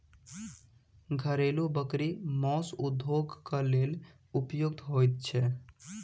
घरेलू बकरी मौस उद्योगक लेल उपयुक्त होइत छै